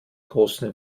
großen